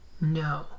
No